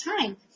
time